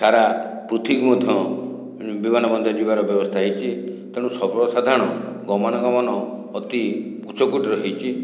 ସାରା ପୃଥିବୀକୁ ମଧ୍ୟ ବିମାନ ବନ୍ଦର ଯିବାରେ ବ୍ୟବସ୍ଥା ହୋଇଛି ତେଣୁ ସର୍ବସାଧାରଣ ଗମନାଗମନ ଅତି ଉଚ୍ଚକୋଟୀର ହୋଇଛି